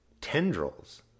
tendrils